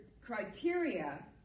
criteria